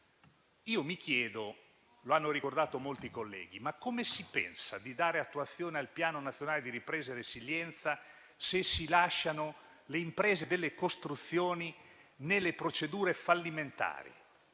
Mi chiedo e lo hanno ricordato molti colleghi: come si pensa di dare attuazione al Piano nazionale di ripresa e resilienza se si lasciano le imprese delle costruzioni nelle procedure fallimentari?